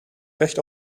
recht